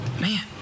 man